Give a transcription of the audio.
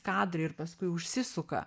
kadrai ir paskui užsisuka